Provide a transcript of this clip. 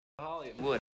Hollywood